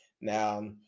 Now